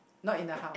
no in the house